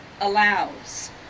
allows